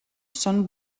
són